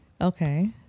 Okay